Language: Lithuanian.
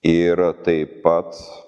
ir tai pat